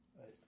Nice